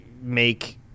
make